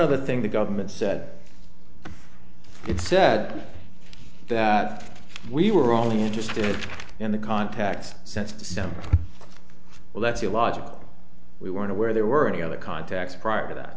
other thing the government said it said that we were only interested in the contacts since december well that's your logic we weren't aware there were any other contacts prior to that